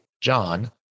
John